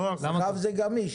עכשיו זה גמיש.